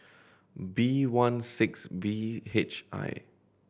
B one six V H I